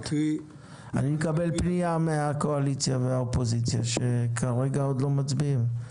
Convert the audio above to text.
קיבלתי פנייה מן הקואליציה ומן האופוזיציה שכרגע עוד לא מצביעים.